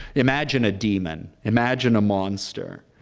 imagine a demon. imagine a monster.